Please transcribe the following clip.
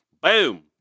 Boom